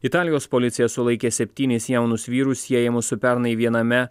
italijos policija sulaikė septynis jaunus vyrus siejamus su pernai viename